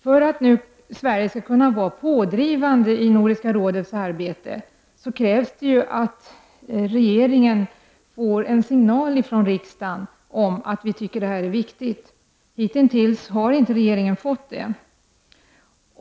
För att Sverige skall kunna vara pådrivande i Nordiska rådets arbete krävs att regeringen får en signal ifrån riksdagen om att vi tycker att detta är viktigt. Hittills har regeringen inte fått det.